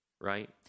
right